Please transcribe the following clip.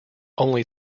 only